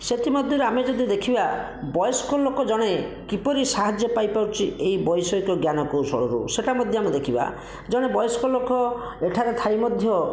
ସେଥି ମଧ୍ୟରେ ଆମେ ଯଦି ଦେଖିବା ବୟସ୍କ ଲୋକ ଜଣେ କିପରି ସାହାଯ୍ୟ ପାଇପାରୁଛି ଏହି ବୈଷୟିକ ଜ୍ଞାନ କୌଶଳରୁ ସେଟା ମଧ୍ୟ ଆମେ ଦେଖିବା ଜଣେ ବୟସ୍କ ଏଠାରେ ଥାଇ ମଧ୍ୟ